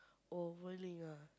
oh bowling ah